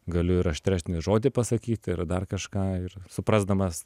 galiu ir aštresnį žodį pasakyti ir dar kažką ir suprasdamas